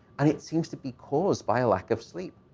and it seems to be caused by a lack of sleep.